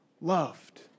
loved